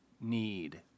need